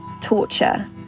torture